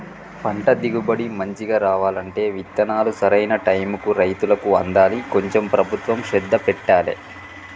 పంట దిగుబడి మంచిగా రావాలంటే విత్తనాలు సరైన టైముకు రైతులకు అందాలి కొంచెం ప్రభుత్వం శ్రద్ధ పెట్టాలె